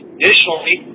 Additionally